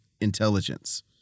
intelligence